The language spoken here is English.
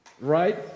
Right